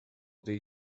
tej